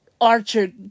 Archer